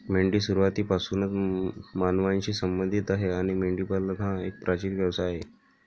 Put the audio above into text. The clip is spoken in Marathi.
मेंढी सुरुवातीपासूनच मानवांशी संबंधित आहे आणि मेंढीपालन हा एक प्राचीन व्यवसाय आहे